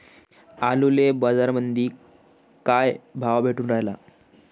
आलूले बाजारामंदी काय भाव भेटून रायला?